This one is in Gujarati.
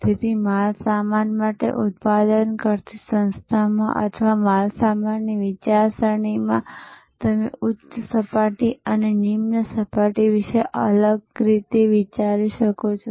તેથી માલસામાન માટે ઉત્પાદન કરતી સંસ્થામાં અથવા માલસામાનની વિચારસરણીમાં તમે ઉચ્ચ સપાટી અને નિમ્ન સપાટી વિશે અલગ રીતે વિચારી શકો છો